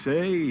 Say